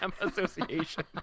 Association